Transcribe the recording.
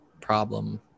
problem